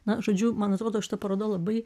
na žodžiu man atrodo šita paroda labai